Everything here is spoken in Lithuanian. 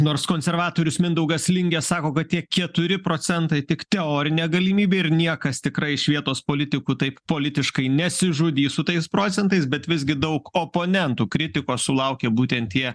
nors konservatorius mindaugas lingė sako kad tie keturi procentai tik teorinė galimybė ir niekas tikrai iš vietos politikų taip politiškai nesižudys su tais procentais bet visgi daug oponentų kritikos sulaukė būtent tie